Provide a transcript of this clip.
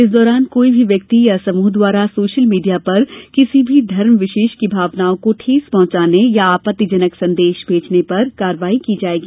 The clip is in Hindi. इस दौरान कोई भी व्यक्ति या समूह द्वारा सोशल मीडिया पर किसी भी धर्म विशेष की भावनाओं को ठेस पहुंचाने या आपत्ति जनक संदेश भेजने पर कार्यवाही की जायेगी